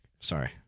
Sorry